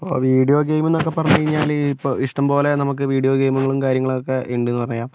ഇപ്പോൾ വീഡിയോ ഗെയിമെന്നൊക്കെ പറഞ്ഞു കഴിഞ്ഞാൽ ഇപ്പോൾ ഇഷ്ടംപോലെ നമുക്ക് വീഡിയോ ഗെയിമുകളും കാര്യങ്ങളൊക്കെ ഉണ്ടെന്നു പറയാം